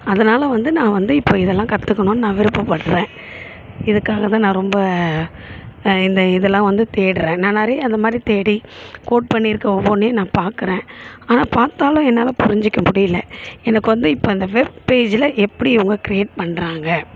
அதனால் வந்து நான் வந்து இப்போ இதெல்லாம் கற்றுக்கணுன்னு நான் விருப்பப்படுறேன் இதுக்காக தான் நான் ரொம்ப இந்த இதெல்லாம் வந்து தேடுறேன் நான் நிறையா அந்த மாரி தேடி கோட் பண்ணிருக்க ஒவ்வொன்றையும் நான் பார்க்குறேன் ஆனால் பார்த்தாலும் என்னால் புரிஞ்சிக்க முடியலை எனக்கு வந்து இப்போ அந்த வெப் பேஜ்ஜில் எப்படி இவங்க க்ரியேட் பண்ணுறாங்க